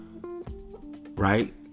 right